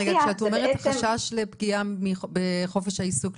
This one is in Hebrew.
כשאת אומרת החשש לפגיעה בחופש העיסוק,